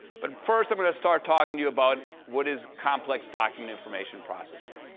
but first, i'm gonna start talking to you about what is complex document information processing.